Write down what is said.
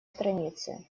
странице